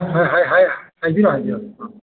ꯍꯥꯏꯕꯤꯔꯣ ꯍꯥꯏꯕꯤꯌꯣ